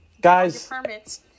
guys